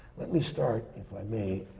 let me start, if i may,